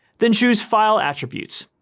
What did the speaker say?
then choose file attributes.